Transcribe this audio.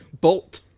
bolt